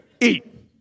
Eat